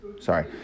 Sorry